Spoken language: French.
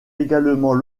également